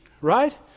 Right